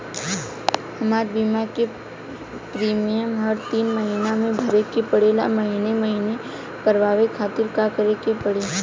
हमार बीमा के प्रीमियम हर तीन महिना में भरे के पड़ेला महीने महीने करवाए खातिर का करे के पड़ी?